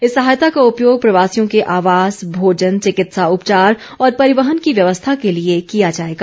इस सहायता का उपयोग प्रवासियों के आवास भोजन चिकित्सा उपचार और परिवहन की व्यवस्था के लिए किया जाएगा